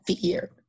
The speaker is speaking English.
fear